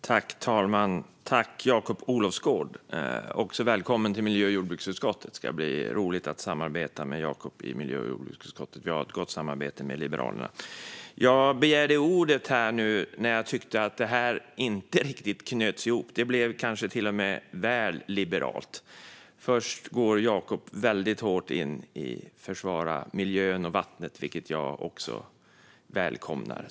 Herr talman! Jag hälsar Jakob Olofsgård välkommen till miljö och jordbruksutskottet. Det ska bli roligt att samarbeta med Jakob, och vi har ett gott samarbete med Liberalerna. Jag begärde ordet för att det här inte riktigt knöts ihop. Det blev kanske till och med lite väl liberalt. Först försvarar Jakob kraftigt miljön och vattnet, vilket jag välkomnar.